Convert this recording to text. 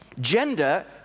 gender